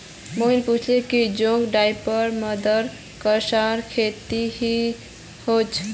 मोहन पूछले जे कुन टाइपेर मृदा मक्कार खेतीर सही छोक?